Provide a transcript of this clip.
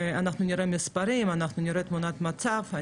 אנחנו נראה מספרים, אנחנו נראה תמונת מצב.